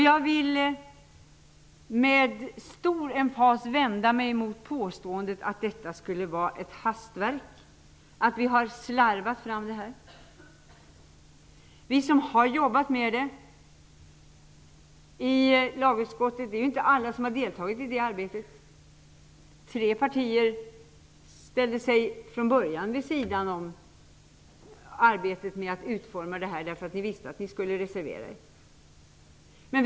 Jag vill med stor emfas vända mig mot påståendet att detta skulle vara ett hastverk och att vi har slarvat fram förslaget. Vi har jobbat med frågan i lagutskottet. Alla har inte deltagit i det arbetet. Tre partier ställde sig från början vid sidan om arbetet med att utforma förslaget, eftersom de visste att de skulle reservera sig.